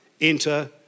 enter